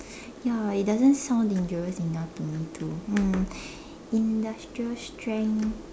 ya it doesn't sound dangerous enough to me too um industrial strength